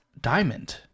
diamond